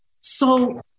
So-